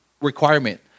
requirement